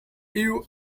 you